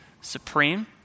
supreme